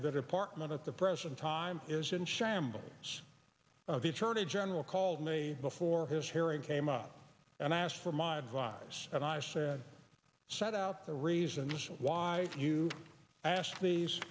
the department at the present time is in shambles the attorney general called me before his hearing came up and asked for my advice and i said set out the reasons why you asked these